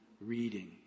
reading